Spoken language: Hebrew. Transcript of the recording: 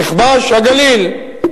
"נכבש הגליל"